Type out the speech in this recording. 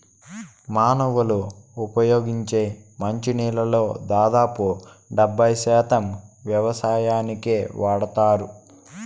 మానవులు ఉపయోగించే మంచి నీళ్ళల్లో దాదాపు డెబ్బై శాతం వ్యవసాయానికే వాడతారు